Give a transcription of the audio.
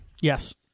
Yes